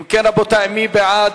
אם כן, רבותי, מי בעד?